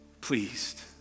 pleased